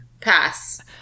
pass